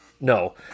no